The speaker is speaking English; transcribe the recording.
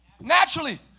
Naturally